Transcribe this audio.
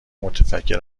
متفکر